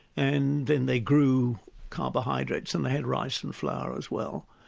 and then they grew carbohydrates and they had rice and flour as well.